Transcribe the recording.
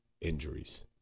injuries